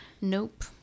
Nope